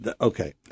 Okay